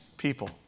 people